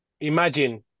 imagine